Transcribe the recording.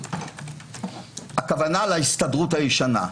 הכוונה להסתדרות הישנה.